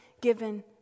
given